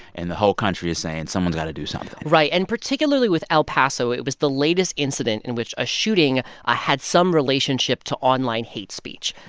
and the whole country is saying someone's got to do something right. and particularly with el paso, it was the latest incident in which a shooting ah had some relationship to online hate speech.